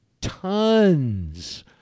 tons